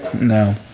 No